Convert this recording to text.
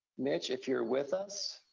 mitch, if you're with us,